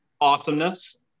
awesomeness